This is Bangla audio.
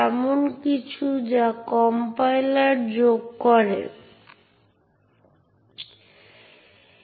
এখানে চিন্তা করার প্রশ্নটি হল কিভাবে একটি পাসওয়ার্ড প্রোগ্রাম যা সাধারণ ব্যবহারকারী প্রোগ্রাম হিসাবে চলে একটি ফাইল etcshadow পরিবর্তন করে যা রুটের মালিকানাধীন